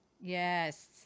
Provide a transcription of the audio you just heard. Yes